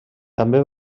també